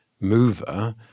mover